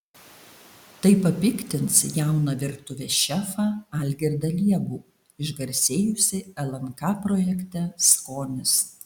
tai papiktins jauną virtuvės šefą algirdą liebų išgarsėjusį lnk projekte skonis